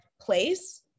place